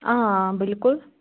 آ بِلکُل